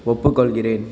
ஒப்புக்கொள்கிறேன்